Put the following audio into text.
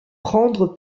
prendre